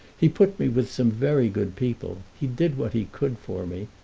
he put me with some very good people he did what he could for me.